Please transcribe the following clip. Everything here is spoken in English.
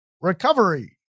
recovery